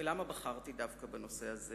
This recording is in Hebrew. ולמה בחרתי דווקא בנושא הזה